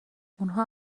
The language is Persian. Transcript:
اونها